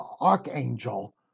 archangel